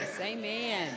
Amen